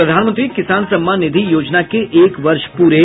और प्रधानमंत्री किसान सम्मान निधि योजना के एक वर्ष पूरे